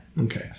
Okay